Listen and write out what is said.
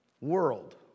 world